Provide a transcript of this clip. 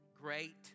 great